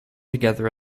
together